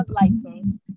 license